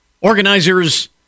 Organizers